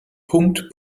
punkt